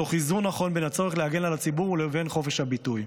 תוך איזון נכון בין הצורך להגן על הציבור לבין חופש הביטוי.